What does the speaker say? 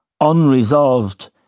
unresolved